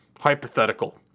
Hypothetical